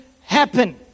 happen